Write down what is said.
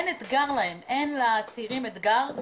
אין לצעירים אתגר לבוא,